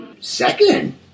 Second